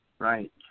Right